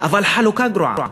אבל חלוקה גרועה,